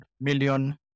million